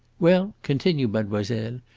well, continue, mademoiselle!